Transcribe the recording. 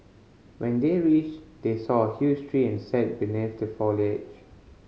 when they reached they saw a huge tree and sat beneath the foliage